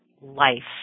life